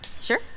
Sure